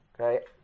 okay